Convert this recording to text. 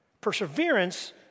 Perseverance